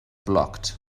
blocked